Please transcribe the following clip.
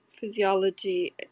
physiology